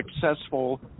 successful